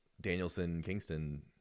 Danielson-Kingston